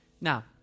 Now